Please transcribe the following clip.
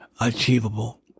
achievable